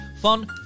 fun